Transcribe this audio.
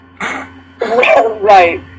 right